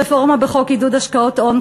רפורמה בחוק עידוד השקעות הון,